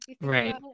Right